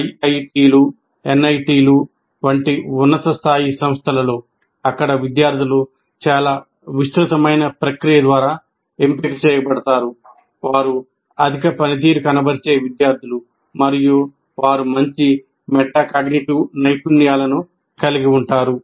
ఐఐటిలు ఎన్ఐటిలు వంటి ఉన్నత స్థాయి సంస్థలలో ఇక్కడ విద్యార్థులు చాలా విస్తృతమైన ప్రక్రియ ద్వారా ఎంపిక చేయబడతారు వారు అధిక పనితీరు కనబరిచే విద్యార్థులు మరియు వారు మంచి మెటాకాగ్నిటివ్ నైపుణ్యాలను కలిగి ఉంటారు